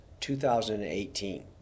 2018